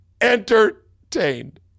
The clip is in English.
entertained